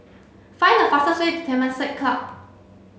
find the fastest way to Temasek Club